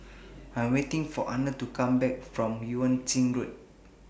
I'm waiting For Arnold to Come Back from Yuan Ching Road